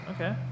Okay